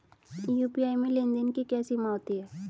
UPI में लेन देन की क्या सीमा होती है?